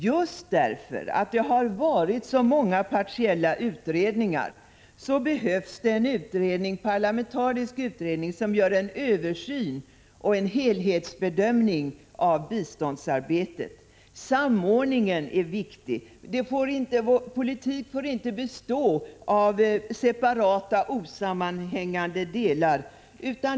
Just därför att det har varit så många partiella utredningar behövs det en parlamentarisk utredning som gör en översyn och en helhetsbedömning av biståndsarbetet. Samordningen är viktig. Politik får inte bestå av separata, osammanhängande delar.